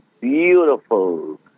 beautiful